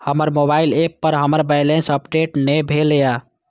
हमर mobile app पर हमर बैलेंस अपडेट ने भेल या